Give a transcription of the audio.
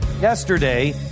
Yesterday